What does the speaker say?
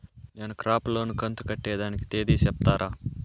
నేను crop loan కంతు కట్టేదానికి తేది సెప్తారా?